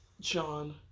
John